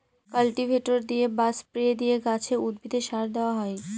cultivator দিয়ে বা spray দিয়ে গাছে, উদ্ভিদে সার দেওয়া হয়